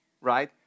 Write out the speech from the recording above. right